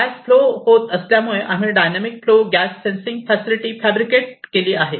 gas flow होत असल्यामुळे आम्ही dynamic flow gas sensing facility fabricate केली आहे